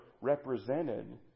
represented